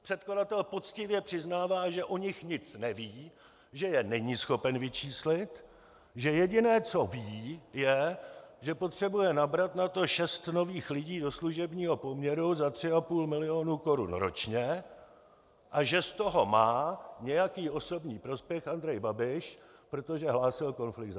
Předkladatel poctivě přiznává, že o nich nic neví, že je není schopen vyčíslit, že jediné, co ví, je, že potřebuje nabrat na to šest nových lidí do služebního poměru za tři a půl milionu korun ročně a že z toho má nějaký osobní prospěch Andrej Babiš, protože hlásil konflikt zájmů.